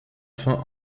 fin